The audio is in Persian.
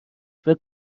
فکر